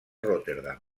rotterdam